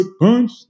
punch